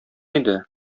иде